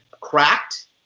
cracked